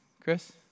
Chris